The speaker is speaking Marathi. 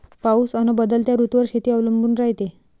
पाऊस अन बदलत्या ऋतूवर शेती अवलंबून रायते